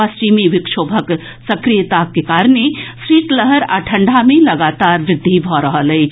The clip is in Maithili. पश्चिम विक्षोभक सक्रियताक कारणे शीतलहर आ ठंढ़ा मे लगातार वृद्धि भऽ रहल अछि